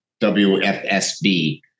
WFSB